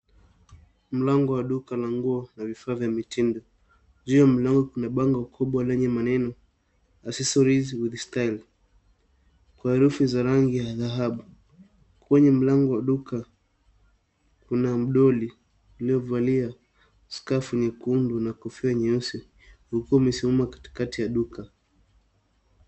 Mlango wa duka la nguo na vifaa vya mitindo. Juu ya mlango kuna bango kubwa lenye maneno accessories with style kwa herufi za rangi ya dhahabu. Kwenye mlango wa duka kuna mdoli uliovalia skafu nyekundu na kofia nyeusi huku umesimama katikati ya duka.